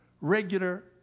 regular